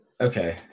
Okay